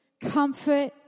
comfort